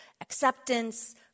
acceptance